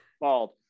bald